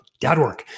Dadwork